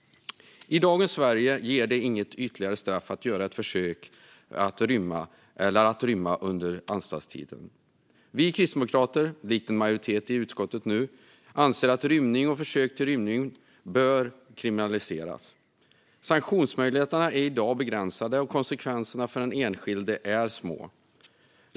I dagens Sverige ger det inget ytterligare straff att göra ett försök att rymma eller att rymma under anstaltstiden. Vi kristdemokrater, likt en majoritet i utskottet, anser att rymning och försök till rymning bör kriminaliseras. Sanktionsmöjligheterna är i dag begränsade, och konsekvenserna för den enskilde är små.